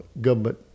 government